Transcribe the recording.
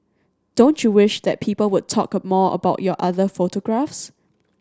don't you wish that people would talk more about your other photographs